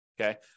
Okay